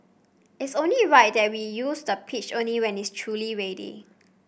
it's only right that we use the pitch only when it's truly ready